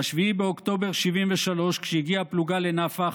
ב-7 באוקטובר 1973, כשהגיעה הפלוגה לנפח,